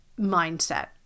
mindset